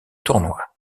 tournoi